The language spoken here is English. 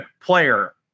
player